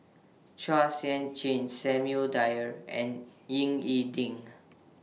Chua Sian Chin Samuel Dyer and Ying E Ding